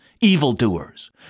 evildoers